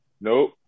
Nope